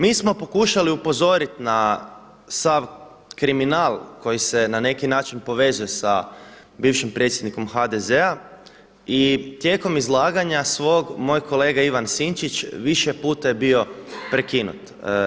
Mi smo pokušali upozoriti na sav kriminal koji se na neki način povezuje sa bivšim predsjednikom HDZ-a i tijekom izlaganja svog moj kolega Ivan Sinčić više puta je bio prekinut.